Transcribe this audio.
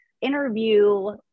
interview